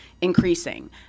increasing